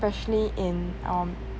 especially in um